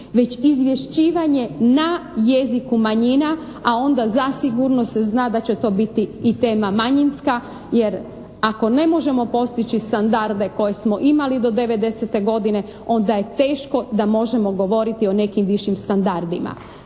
već izvješćivanje na jeziku manjina, a onda zasigurno se zna da će to biti i tema manjinska jer ako ne možemo postići standarde koje smo imali do '90. godine, onda je teško da možemo govoriti o nekim višim standardima.